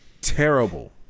terrible